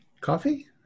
coffee